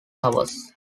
hours